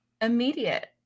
immediate